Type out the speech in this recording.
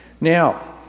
now